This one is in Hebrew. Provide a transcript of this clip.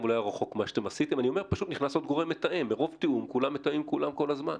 אני אומר שנכנס עוד גורם מתאם ומרוב תיאום כולם מתאמים עם כולם כל הזמן.